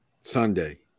Sunday